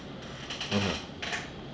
mmhmm